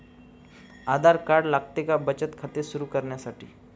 आधार card लागते का बचत खाते सुरू करण्यासाठी?